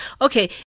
Okay